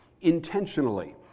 intentionally